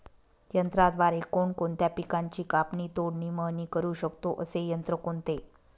यंत्राद्वारे कोणकोणत्या पिकांची कापणी, तोडणी, मळणी करु शकतो, असे यंत्र कोणते?